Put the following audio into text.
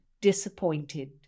disappointed